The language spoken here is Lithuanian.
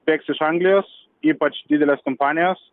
bėgs iš anglijos ypač didelės kompanijos